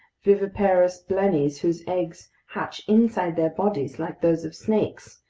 viviparous blennies whose eggs hatch inside their bodies like those of snakes,